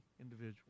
individual